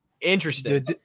Interesting